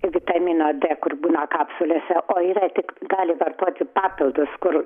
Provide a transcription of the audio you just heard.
vitamino d kur būna kapsulėse o yra tik gali vartoti papildus kur